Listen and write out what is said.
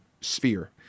sphere